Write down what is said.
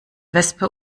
wespe